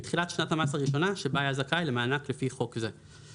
מתחילת שנת המס הראשונה שבה היה זכאי למענק לפי חוק זה.